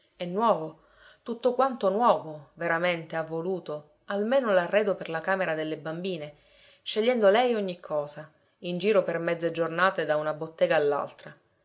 e nuovo tutto quanto nuovo veramente ha voluto almeno l'arredo per la camera delle bambine scegliendo lei ogni cosa in giro per mezze giornate da una bottega